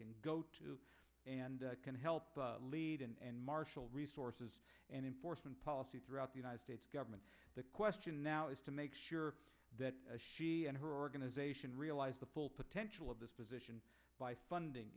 can go to and can help lead and marshal resources and in force and policy throughout the united states government the question now is to make sure that she and her organization realize the full potential of this position by funding